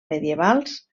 medievals